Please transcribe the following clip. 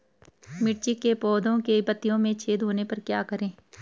मिर्ची के पौधों के पत्तियों में छेद होने पर क्या करें?